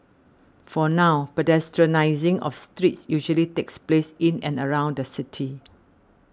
for now pedestrianising of streets usually takes place in and around the city